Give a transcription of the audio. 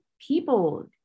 people